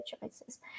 choices